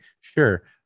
Sure